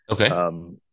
Okay